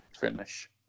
finish